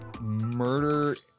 murder